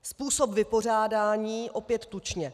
Způsob vypořádání, opět tučně.